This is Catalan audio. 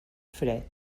fred